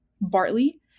bartley